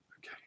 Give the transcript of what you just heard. Okay